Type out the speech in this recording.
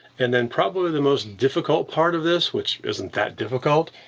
and then, probably the most difficult part of this, which isn't that difficult,